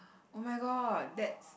oh-my-god that's